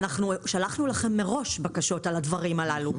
שלחנו לכם מראש בקשות על הדברים הללו.